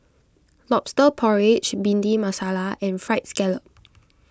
Lobster Porridge Bhindi Masala and Fried Scallop